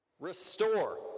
restore